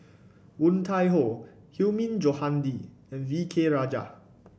Woon Tai Ho Hilmi Johandi and V K Rajah